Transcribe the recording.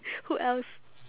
who else